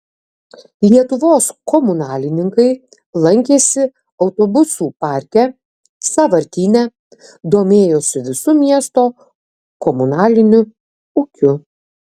lietuvos komunalininkai lankėsi autobusų parke sąvartyne domėjosi visu miesto komunaliniu ūkiu